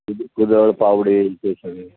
कुद कुदळ फावडे ते सगळे